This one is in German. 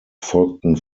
folgten